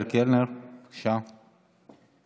להיות